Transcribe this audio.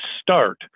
start